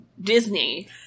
Disney